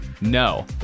No